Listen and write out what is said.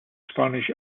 spanish